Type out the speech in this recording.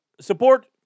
support